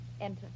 enter